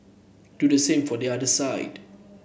do the same for the other side